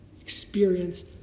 experience